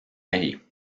mehi